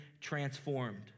transformed